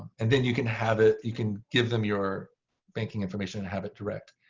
and then you can have it you can give them your banking information and have it direct.